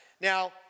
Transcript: Now